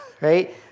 right